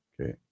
okay